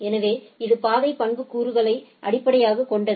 எனவே இது பாதை பண்புக்கூறுகளை அடிப்படையாகக் கொண்டது